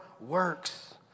works